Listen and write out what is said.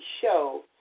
show